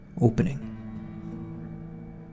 opening